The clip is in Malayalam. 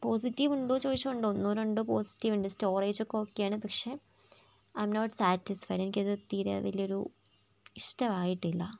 പോസിറ്റീവ് ഉണ്ടോ ചോദിച്ചാൽ ഉണ്ട് ഒന്നോ രണ്ടോ പോസിറ്റീവ് ഉണ്ട് സ്റ്റോറേജ് ഒക്കെ ഓക്കേയാണ് പക്ഷേ അയാം നോട്ട് സാറ്റിസ്ഫൈഡ് എനിക്കത് തീരെ വലിയ ഒരു ഇഷ്ട്ടവായിട്ടില്ല